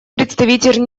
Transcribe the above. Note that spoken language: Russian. представитель